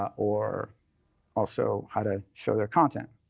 or also how to show their content.